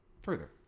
further